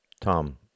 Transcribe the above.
Tom